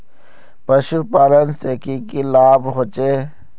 पशुपालन से की की लाभ होचे?